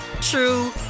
true